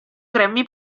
grammy